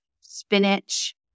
spinach